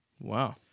Wow